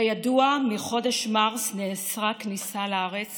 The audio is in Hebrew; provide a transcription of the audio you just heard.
כידוע, מחודש מרץ נאסרה כניסה לארץ